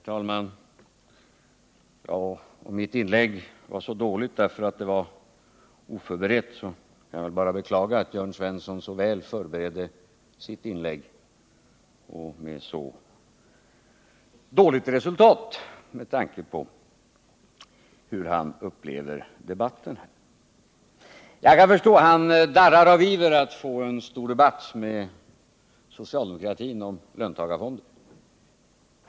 Herr talman! Om mitt inlägg var så dåligt därför att det var oförberett, kan jag bara beklaga att Jörn Svensson så väl förberedde sitt inlägg — med så dåligt resultat med tanke på hur han upplever debatten. Jag kan förstå att han darrar av iver att få en stor debatt med socialdemokratin om löntagarfonderna.